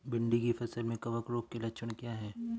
भिंडी की फसल में कवक रोग के लक्षण क्या है?